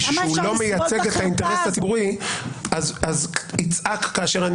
שהוא לא מייצג את האינטרס הציבורי אז יצעק כאשר אני